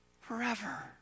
forever